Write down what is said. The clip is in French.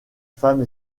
femme